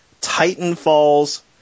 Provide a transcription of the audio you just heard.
Titanfall's